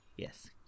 Yes